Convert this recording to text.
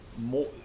more –